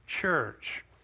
church